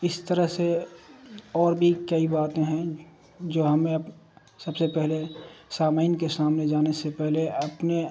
اس طرح سے اور بھی کئی باتیں ہیں جو ہمیں سب سے پہلے سامعین کے سامنے جانے سے پہلے اپنے